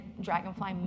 Dragonfly